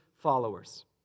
followers